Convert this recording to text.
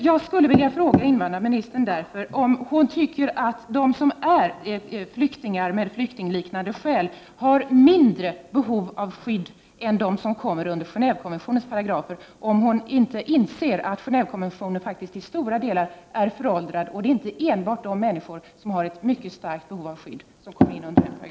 Jag skulle därför vilja fråga invandrarministern om hon tycker att de flyktingar som har flyktingliknande skäl har mindre behov av skydd än de som har kommit hit under Gen&vekonventionens paragrafer, om hon inte inser att Genévekonventionen faktiskt i stora delar är föråldrad. Det är inte bara de människor som är i mycket starkt behov av skydd som kommer under den paragrafen.